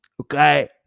Okay